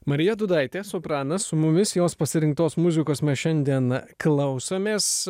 marija dūdaitė sopranas su mumis jos pasirinktos muzikos mes šiandien klausomės